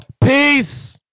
Peace